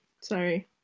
Sorry